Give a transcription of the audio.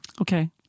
Okay